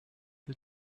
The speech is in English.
the